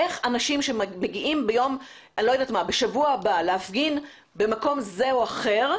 איך אנשים שמגיעים בשבוע הבא להפגין במקום זה או אחר,